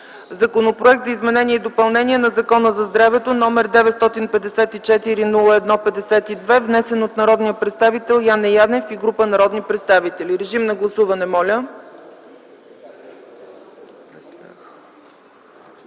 Законопроект за изменение и допълнение на Закона за здравето № 954-01-52, внесен от народния представител Яне Янев и група народни представители. Гласували